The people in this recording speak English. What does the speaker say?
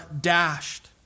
dashed